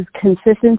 consistency